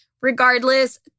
Regardless